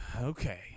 Okay